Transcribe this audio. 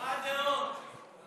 מה הדעות?